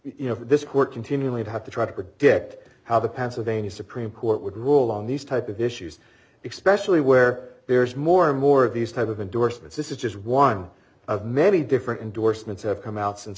you know this court continually to have to try to predict how the pennsylvania supreme court would rule on these type of issues expression where there's more and more of these type of endorsements this is just one of many different endorsements have come out since